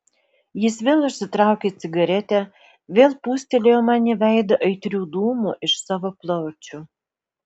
jis vėl užsitraukė cigaretę vėl pūstelėjo man į veidą aitrių dūmų iš savo plaučių